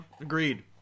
Agreed